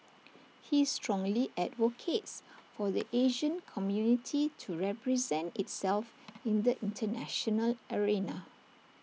he strongly advocates for the Asian community to represent itself in the International arena